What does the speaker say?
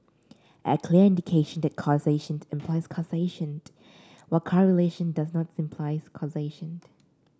a clear indication that causation implies causation while correlation does not imply causation